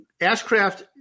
Ashcraft